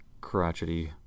crotchety